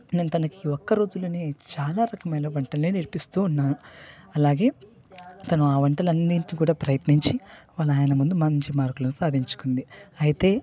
నేను తనకి ఒక్క రోజులో చాలా రకమైన వంటలను నేర్పిస్తు ఉన్నాను అలాగే తాను ఆ వంటలు అన్నింటిని కూడా ప్రయత్నించి వాళ్ళ ఆయన ముందు మంచి మార్కులు సాధించుకుంది